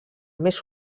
més